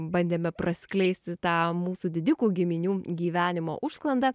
bandėme praskleisti tą mūsų didikų giminių gyvenimo užsklandą